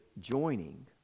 joining